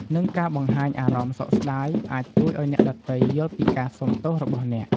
និងការបង្ហាញអារម្មណ៍សោកស្ដាយអាចជួយឱ្យអ្នកដទៃយល់ពីការសូមទោសរបស់អ្នក។